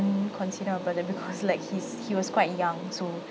consider my brother because like he's he was quite young so